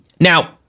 now